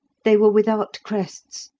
they were without crests,